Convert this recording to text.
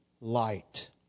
light